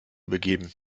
begeben